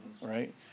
right